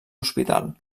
hospital